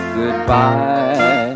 goodbye